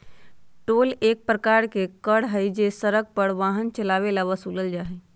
toll एक प्रकार के कर हई जो हम सड़क पर वाहन चलावे ला वसूलल जाहई